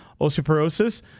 osteoporosis